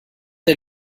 est